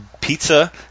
pizza